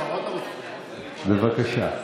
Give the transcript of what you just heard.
בבקשה.